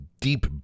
deep